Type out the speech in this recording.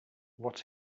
what